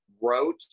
wrote